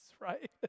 right